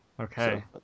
Okay